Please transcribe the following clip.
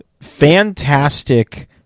fantastic